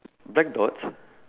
black dots